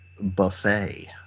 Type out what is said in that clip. buffet